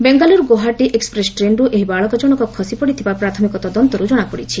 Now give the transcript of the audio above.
Bengaluru Guwahati express ଟ୍ରେନ୍ରୁ ଏହି ବାଳକ ଜଶକ ଖସିପଡ଼ିଥିବା ପ୍ରାଥମିକ ତଦନ୍ତରୁ କଶାପଡ଼ିଛି